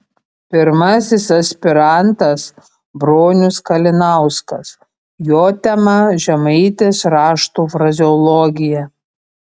pirmasis aspirantas bronius kalinauskas jo tema žemaitės raštų frazeologija